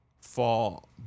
fall